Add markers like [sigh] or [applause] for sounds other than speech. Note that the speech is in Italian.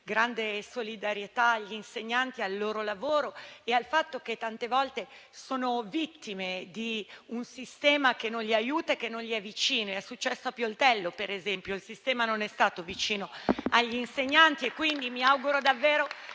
grande solidarietà agli insegnanti, al loro lavoro e al fatto che tante volte sono vittime di un sistema che non li aiuta e che non gli è vicino. È successo Pioltello, per esempio: il sistema non è stato vicino agli insegnanti. [applause] Mi auguro quindi